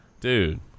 Dude